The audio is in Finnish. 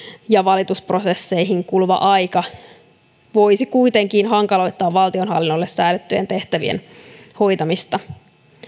ja valitusprosesseihin kuluva aika voisivat kuitenkin hankaloittaa valtionhallinnolle säädettyjen tehtävien hoitamista